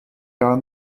gar